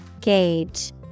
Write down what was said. Gauge